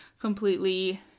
completely